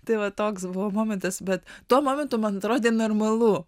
tai va toks buvo momentas bet tuo momentu man atrodė normalu